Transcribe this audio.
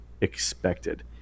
expected